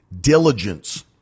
Diligence